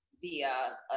via